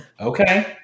Okay